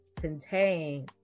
contain